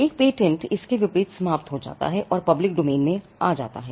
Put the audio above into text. एक पेटेंटइसके विपरीतसमाप्त हो जाता है और public domain में आ जाता है